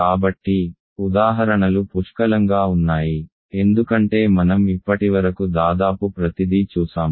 కాబట్టి ఉదాహరణలు పుష్కలంగా ఉన్నాయి ఎందుకంటే మనం ఇప్పటివరకు దాదాపు ప్రతిదీ చూసాము